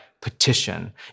petition